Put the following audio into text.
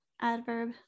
Adverb